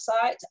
website